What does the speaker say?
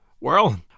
Well